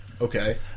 Okay